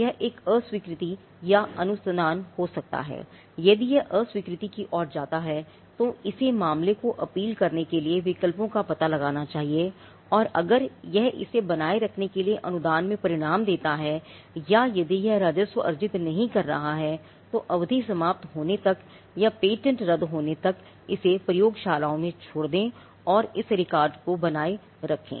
यह एक अस्वीकृति या अनुदान हो सकता है यदि यह अस्वीकृति की ओर जाता है तो इसे मामले को अपील करने के लिए विकल्पों का पता लगाना चाहिए और अगर यह इसे बनाए रखने के लिए अनुदान में परिणाम देता है या यदि यह राजस्व अर्जित नहीं कर रहा है तो अवधि समाप्त होने तक या पेटेंट रद्द होने तक इसे प्रयोगशालाओं में छोड़ दें और इस रिकॉर्ड को बनाए रखे